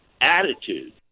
attitude